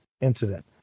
incident